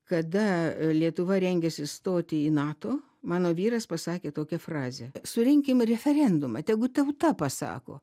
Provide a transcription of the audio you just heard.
kada lietuva rengėsi stoti į nato mano vyras pasakė tokią frazę surenkim referendumą tegu tauta pasako